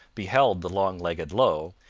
beheld the long-legged low,